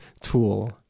tool